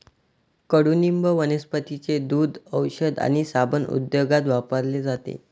कडुनिंब वनस्पतींचे दूध, औषध आणि साबण उद्योगात वापरले जाते